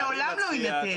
לעולם לא יינתן.